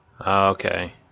Okay